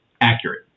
accurate